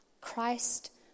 Christ